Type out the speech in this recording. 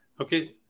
okay